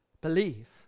Believe